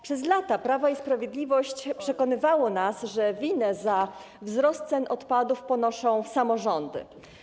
Przez lata Prawo i Sprawiedliwość przekonywało nas, że winę za wzrost cen odpadów ponoszą samorządy.